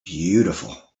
beautiful